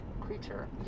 creature